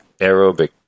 aerobic